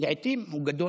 לעיתים הוא גדול,